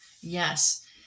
Yes